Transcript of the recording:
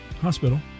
Hospital